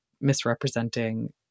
misrepresenting